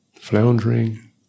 floundering